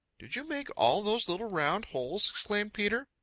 did you make all those little round holes? exclaimed peter.